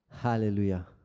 Hallelujah